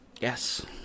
Yes